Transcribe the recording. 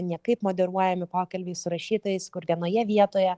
niekaip moderuojami pokalbiai su rašytojais kur vienoje vietoje